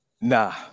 Nah